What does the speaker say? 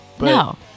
No